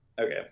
Okay